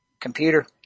computer